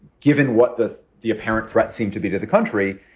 given what the the apparent threat seemed to be to the country,